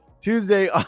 Tuesday